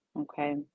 Okay